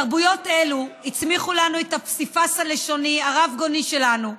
תרבויות אלה הצמיחו לנו את הפסיפס הלשוני הרבגוני שלנו.